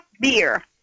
beer